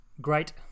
great